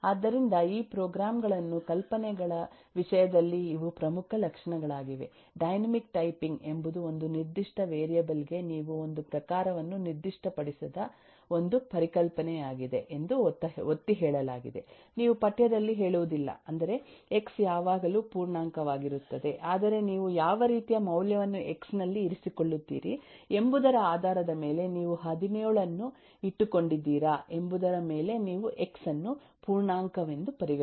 ಆದ್ದರಿಂದಈ programme ಗಳನ್ನು ಕಲ್ಪನೆಗಳ ವಿಷಯದಲ್ಲಿ ಇವು ಪ್ರಮುಖ ಲಕ್ಷಣಗಳಾಗಿವೆ ಡೈನಮಿಕ್ ಟೈಪಿಂಗ್ ಎಂಬುದು ಒಂದು ನಿರ್ದಿಷ್ಟ ವೇರಿಯೇಬಲ್ ಗೆ ನೀವು ಒಂದು ಪ್ರಕಾರವನ್ನು ನಿರ್ದಿಷ್ಟಪಡಿಸದ ಒಂದು ಪರಿಕಲ್ಪನೆಯಾಗಿದೆ ಎಂದು ಒತ್ತಿಹೇಳಲಾಗಿದೆ ನೀವು ಪಠ್ಯದಲ್ಲಿ ಹೇಳುವುದಿಲ್ಲ ಅಂದರೆ ಎಕ್ಸ್ ಯಾವಾಗಲೂ ಪೂರ್ಣಾಂಕವಾಗಿರುತ್ತದೆ ಆದರೆನೀವು ಯಾವ ರೀತಿಯ ಮೌಲ್ಯವನ್ನು ಎಕ್ಸ್ ನಲ್ಲಿ ಇರಿಸಿಕೊಳ್ಳುತ್ತೀರಿ ಎಂಬುದರ ಆಧಾರದ ಮೇಲೆ ನೀವು17 ಅನ್ನುಇಟ್ಟುಕೊಂಡಿದ್ದೀರಾ ಎಂಬುದರ ಮೇಲೆ ನೀವುಎಕ್ಸ್ ಅನ್ನು ಪೂರ್ಣಾಂಕವೆಂದು ಪರಿಗಣಿಸುವಿರಿ